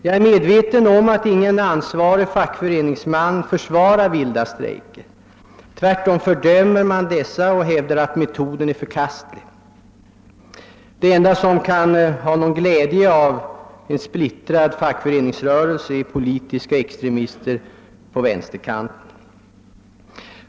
Jag är medveten om att ingen ansvarig fackföreningsman försvarar vilda strejker; tvärtom fördömer man dessa och hävdar att metoden är förkastlig. De enda som kan ha någon glädje av en splittrad fackföreningsrörelse är politiska extremister på vänsterkanten.